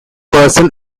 person